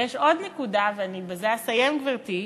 ויש עוד נקודה, ובזה אני אסיים, גברתי,